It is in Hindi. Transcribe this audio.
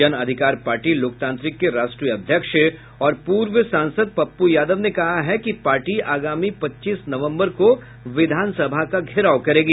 जन अधिकार पार्टी लोकतांत्रिक के राष्ट्रीय अध्यक्ष और पूर्व सांसद पप्पू यादव ने कहा है कि पार्टी आगामी पच्चीस नवम्बर को विधानसभा का घेराव करेगी